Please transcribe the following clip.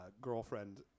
girlfriend